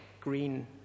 green